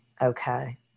Okay